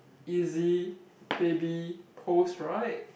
easy baby pose right